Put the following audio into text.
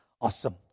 awesome